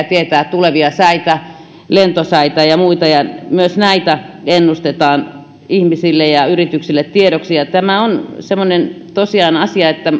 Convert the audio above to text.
tietää tulevia säitä lentosäitä ja muita ja myös näitä ennustetaan ihmisille ja yrityksille tiedoksi tämä on tosiaan semmoinen asia että